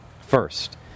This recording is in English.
first